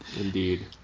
Indeed